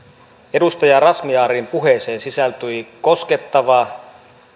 edustaja razmyarin puheeseen sisältyi koskettava